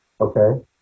Okay